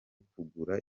kugura